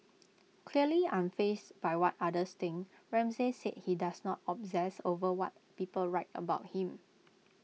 clearly unfazed by what others think Ramsay said he does not obsess over what people write about him